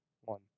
one